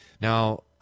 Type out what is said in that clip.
Now